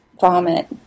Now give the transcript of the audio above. vomit